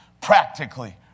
practically